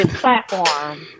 platform